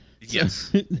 Yes